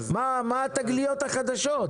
מה התגליות החדשות?